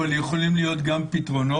אבל יכולים להיות גם פתרונות,